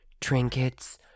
trinkets